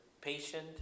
patient